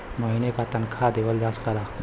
महीने का तनखा देवल जा सकला